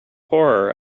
horror